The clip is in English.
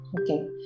Okay